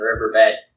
riverbed